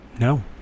no